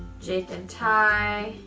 jake and ty.